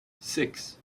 six